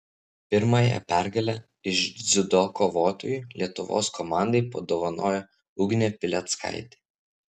pirmąją pergalę iš dziudo kovotojų lietuvos komandai padovanojo ugnė pileckaitė